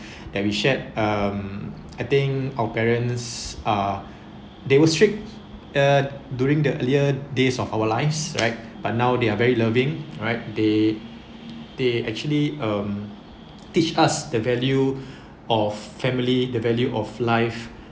that we shared um I think our parents are they were strict uh during the earlier days of our lives right but now they are very loving right they they actually um teach us the value of family the value of life